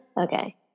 Okay